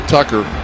Tucker